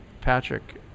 Patrick